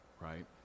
right